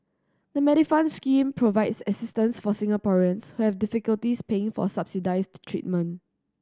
the Medifund scheme provides assistance for Singaporeans who have difficulties paying for subsidized treatment